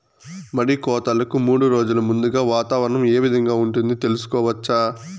మడి కోతలకు మూడు రోజులు ముందుగా వాతావరణం ఏ విధంగా ఉంటుంది, తెలుసుకోవచ్చా?